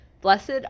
Blessed